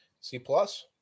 C-plus